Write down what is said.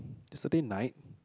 yesterday night